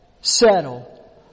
settle